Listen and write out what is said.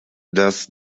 das